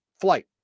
flight